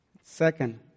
Second